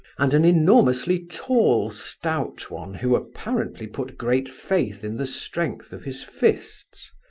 and an enormously tall stout one who apparently put great faith in the strength of his fists.